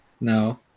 No